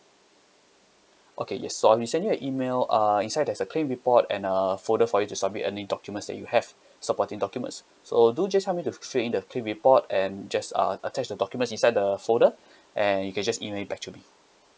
okay yes so I'll be sending you an email uh inside there's a claim report and uh folder for you to submit any documents that you have supporting documents so do just help me to fill in the claim report and just uh attach the document inside the folder and you can just email it back to me